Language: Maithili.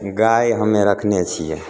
गाय हमे रखने छियै